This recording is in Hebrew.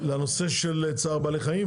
לנושא של צער בעלי חיים?